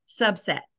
subset